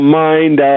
mind